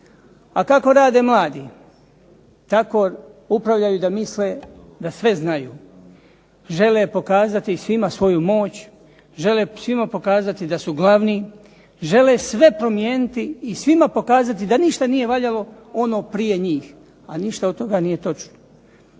A kako rade mladi? Kako upravljaju da misle da sve znaju. Žele pokazati svima svoju moć, žele svima pokazati da su glavni. Žele sve promijeniti i svima pokazati da ništa nije valjalo ono prije njih, a ništa od toga nije točno.